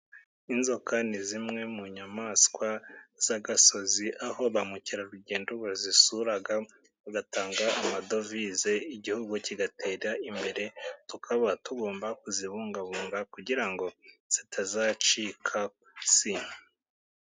Inzoka ni zimwe mu nyamaswa z'agasozi, aho ba mukerarugendo bazisura bagatanga amadovize, igihugu kigatera imbere. Tukaba tugomba kuzibungabunga kugira ngo zitazacika ku isi.